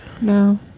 No